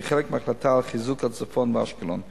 כחלק מההחלטה על חיזוק הצפון ואשקלון.